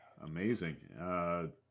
amazing